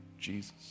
Jesus